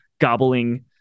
gobbling